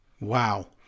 Wow